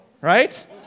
Right